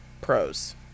pros